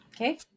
okay